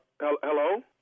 hello